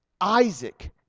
Isaac